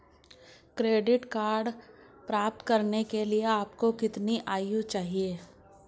Credit card प्राप्त करने के लिए आपकी आयु कितनी होनी चाहिए?